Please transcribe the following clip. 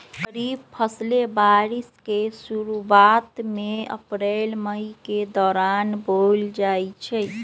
खरीफ फसलें बारिश के शुरूवात में अप्रैल मई के दौरान बोयल जाई छई